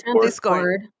Discord